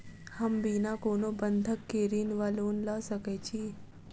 हम बिना कोनो बंधक केँ ऋण वा लोन लऽ सकै छी?